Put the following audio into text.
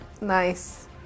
Nice